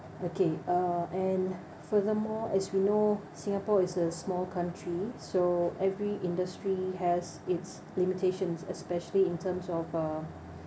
okay uh and furthermore as we know singapore is a small country so every industry has its limitations especially in terms of uh